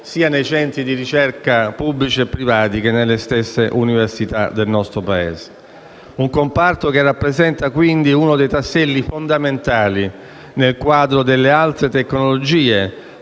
sia nei centri di ricerca pubblici e privati che nelle stesse università del nostro Paese. Il comparto rappresenta uno dei tasselli fondamentali nel quadro delle alte tecnologie